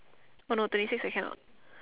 oh no twenty six I cannot